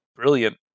brilliant